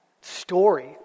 story